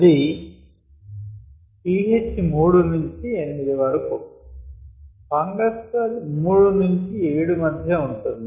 అది pH 3 నుంచి 8 వరకు ఫంగస్ కు అది 3 7 మధ్య ఉంటుంది